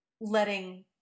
letting